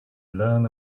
learn